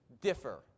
differ